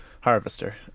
harvester